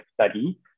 study